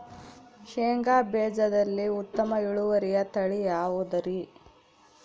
ಶೇಂಗಾ ಬೇಜದಲ್ಲಿ ಉತ್ತಮ ಇಳುವರಿಯ ತಳಿ ಯಾವುದುರಿ?